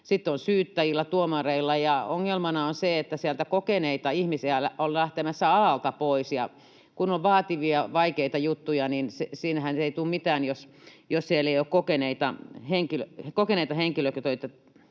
sitten syyttäjillä, tuomareilla. Ongelmana on se, että sieltä kokeneita ihmisiä on lähtemässä alalta pois. Kun on vaativia, vaikeita juttuja, niin siitähän ei tule mitään, jos siellä ei ole kokeneita henkilöitä